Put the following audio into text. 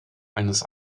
eines